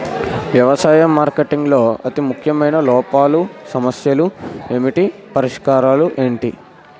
వ్యవసాయ మార్కెటింగ్ లో అతి ముఖ్యమైన లోపాలు సమస్యలు ఏమిటి పరిష్కారాలు ఏంటి?